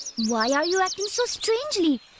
why are you acting so strangely?